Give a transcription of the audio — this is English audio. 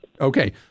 Okay